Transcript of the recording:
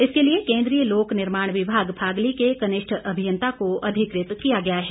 इसके लिए केन्द्रीय लोक निर्माण विभाग फागली के कनिष्ठ अभियंता को अधिकृत किया गया है